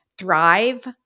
Thrive